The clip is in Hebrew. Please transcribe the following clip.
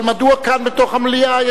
אבל מדוע כאן בתוך המליאה?